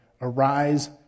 arise